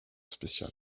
spécial